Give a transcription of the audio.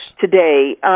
today